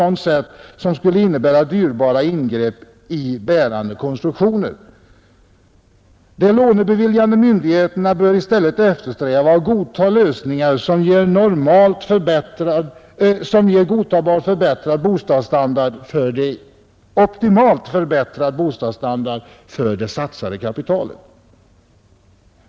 på ett sätt som innebär dyrbara ingrepp i bärande konstruktioner. De lånebeviljande myndigheterna bör i stället eftersträva och godta lösningar som ger optimalt förbättrad boendestandard för det insatta kapitalet.